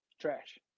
Trash